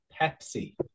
Pepsi